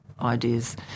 ideas